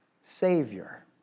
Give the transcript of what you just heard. Savior